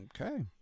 Okay